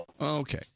Okay